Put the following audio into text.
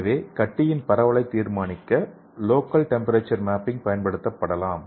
எனவே கட்டியின் பரவலைத் தீர்மானிக்க லோக்கல் டெம்பரேச்சர் மேப்பிங் பயன்படுத்தப்படலாம்